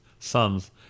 sons